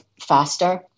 faster